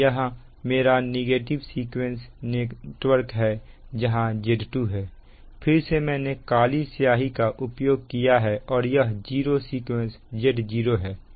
यह मेरा negative sequence network है जहां Z2है फिर से मैंने काली स्याही का उपयोग किया है और यह जीरो सीक्वेंस Z0 है